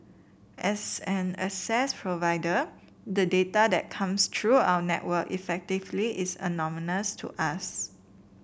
as an access provider the data that comes through our network effectively is anonymous to us